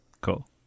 Cool